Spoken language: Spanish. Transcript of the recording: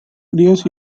fríos